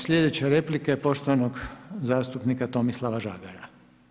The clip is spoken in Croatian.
Sljedeća replika je poštovanog zastupnika Tomislava Žagara.